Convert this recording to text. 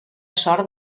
sort